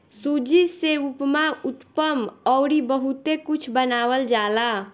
सूजी से उपमा, उत्तपम अउरी बहुते कुछ बनावल जाला